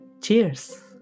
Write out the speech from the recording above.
Cheers